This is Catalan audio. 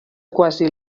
quasi